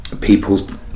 people's